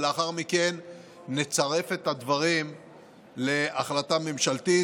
ולאחר מכן נצרף את הדברים להחלטה ממשלתית.